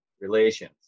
relations